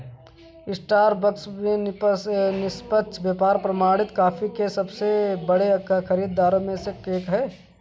Starbucks भी निष्पक्ष व्यापार प्रमाणित कॉफी के सबसे बड़े खरीदारों में से एक है